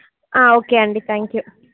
ఆ ఓకే అండీ thank you